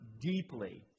deeply